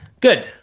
Good